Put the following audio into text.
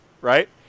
Right